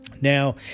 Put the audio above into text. Now